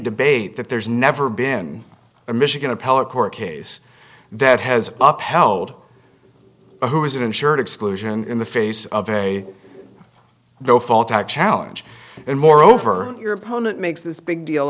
debate that there's never been a michigan appellate court case that has up held or who was it insured exclusion in the face of a no fault i challenge and moreover your opponent makes this big deal